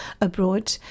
abroad